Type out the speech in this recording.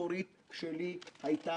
אני מוכרח לומר,